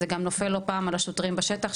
זה גם נופל לא פעם על השוטרים בשטח,